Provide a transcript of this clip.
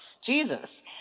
Jesus